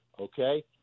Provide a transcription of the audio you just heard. okay